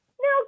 No